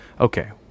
Okay